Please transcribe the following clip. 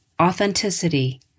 authenticity